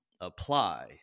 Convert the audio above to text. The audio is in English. apply